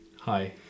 hi